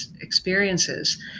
experiences